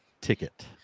ticket